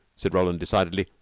said roland decidedly.